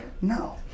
No